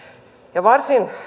ja varsin